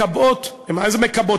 מקבעות, מה זה מקבעות?